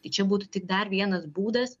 tai čia būtų tik dar vienas būdas